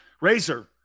Razor